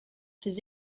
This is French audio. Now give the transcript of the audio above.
ses